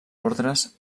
ordres